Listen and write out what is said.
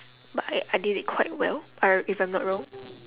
but I I did it quite well I re~ if I'm not wrong